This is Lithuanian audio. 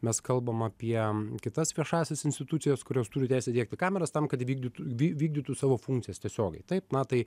mes kalbam apie kitas viešąsias institucijas kurios turi teisę diegti kameras tam kad vykdytų vy vykdytų savo funkcijas tiesiogiai taip na tai